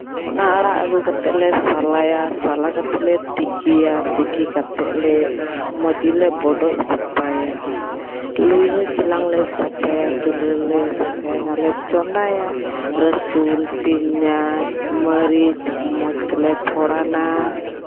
ᱚᱱᱟ ᱟᱲᱟᱜ ᱟᱹᱜᱩ ᱠᱟᱛᱮᱫ ᱞᱮ ᱥᱟᱞᱟᱭᱟ ᱥᱟᱞᱟ ᱠᱟᱛᱮᱫ ᱞᱮ ᱛᱤᱠᱤᱭᱟ ᱛᱤᱠᱤ ᱠᱟᱛᱮᱫ ᱞᱮ ᱢᱚᱡᱽ ᱜᱮᱞᱮ ᱵᱚᱰᱚᱡᱽ ᱥᱟᱯᱷᱟᱭᱟ ᱞᱟᱹᱭ ᱦᱚᱸ ᱪᱮᱞᱟᱝ ᱞᱮ ᱥᱟᱯᱷᱟᱭᱟ ᱪᱩᱞᱦᱟᱹᱞᱮ ᱥᱟᱯᱷᱟᱭᱟ ᱢᱟᱱᱮ ᱞᱮ ᱪᱚᱸᱫᱟᱭᱟ ᱨᱟᱹᱥᱩᱱ ᱯᱮᱸᱧᱟᱡᱽ ᱢᱟᱹᱨᱤᱪ ᱢᱚᱡᱽ ᱛᱮᱞᱮ ᱯᱷᱚᱲᱟᱱᱟ